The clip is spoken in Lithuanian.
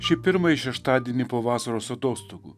šį pirmąjį šeštadienį po vasaros atostogų